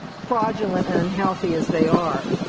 fraudulent and unhealthy as they are.